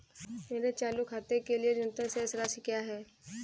मेरे चालू खाते के लिए न्यूनतम शेष राशि क्या है?